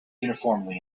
uniformly